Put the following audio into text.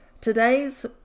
Today's